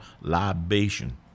libation